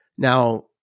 Now